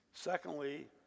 Secondly